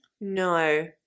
no